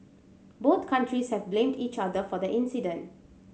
both countries have blamed each other for the incident